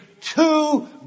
two